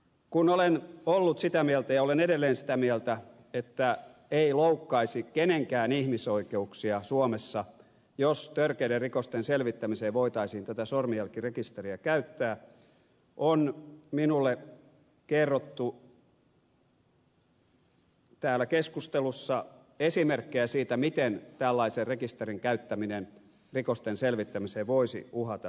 kun olen ollut sitä mieltä ja olen edelleen sitä mieltä että ei loukkaisi kenenkään ihmisoikeuksia suomessa jos törkeiden rikosten selvittämiseen voitaisiin tätä sormenjälkirekisteriä käyttää on minulle kerrottu täällä keskustelussa esimerkkejä siitä miten tällaisen rekisterin käyttäminen rikosten selvittämiseen voisi uhata ihmisoikeuksia